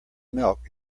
milk